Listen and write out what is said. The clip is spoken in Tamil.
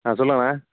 ஆ சொல்லுங்கண்ணா